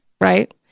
right